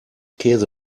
käse